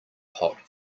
hot